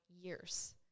years